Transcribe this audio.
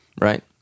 right